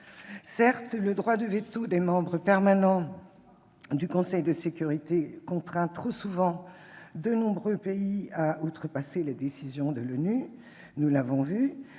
Certes, le droit de veto des membres permanents du Conseil de sécurité contraint trop souvent de nombreux pays à outrepasser les décisions de l'ONU- nous l'avons